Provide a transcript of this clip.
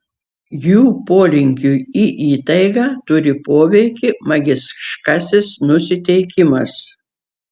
jų polinkiui į įtaigą turi poveikį magiškasis nusiteikimas